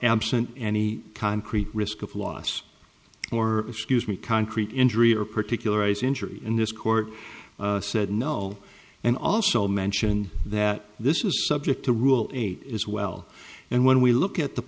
absent any concrete risk of loss or excuse me concrete injury or particularize injury in this court said no and also mention that this is subject to rule eight as well and when we look at the